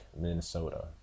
Minnesota